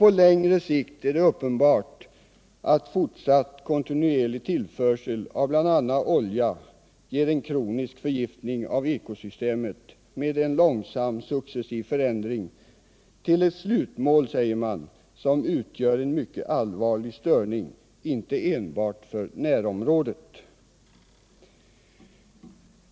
På längre sikt är det uppenbart att fortsatt kontinuerlig tillförsel av bl.a. olja ger en kronisk förgiftning av ekosystemet med en långsam successiv förändring till ett slutligt tillstånd som utgör en mycket allvarlig störning, inte enbart för närområdet.